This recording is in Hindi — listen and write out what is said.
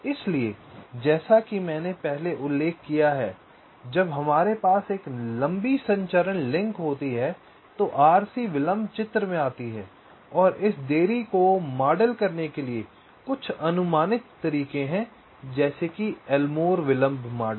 इसलिए जैसा कि मैंने पहले उल्लेख किया है कि जब हमारे पास एक लंबी संचरण लिंक होती है तो RC विलंब चित्र में आती है और इस देरी को मॉडल करने के लिए कुछ अनुमानित तरीके हैं जैसे कि एलमोर विलंब मॉडल